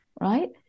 right